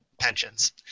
pensions